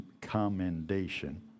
commendation